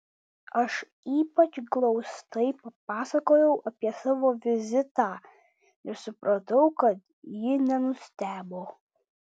aš ypač glaustai papasakojau apie savo vizitą ir supratau kad ji nenustebo